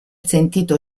sentito